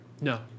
No